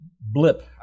blip